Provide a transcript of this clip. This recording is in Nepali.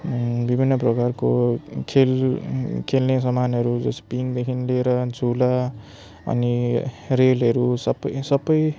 विभिन्न प्रकारको खेल खेल्ने सामानहरू जस्तो पिङदेखि लिएर झुला अनि रेलहरू सबै सबै